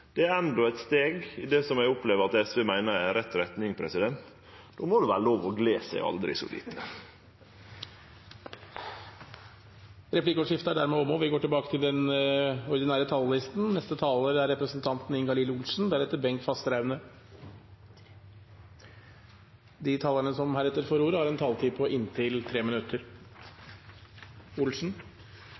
det til. Det er endå eit steg i det som eg opplever at SV meiner er rett retning. Då må det vere lov å gle seg aldri så lite. Replikkordskiftet er omme.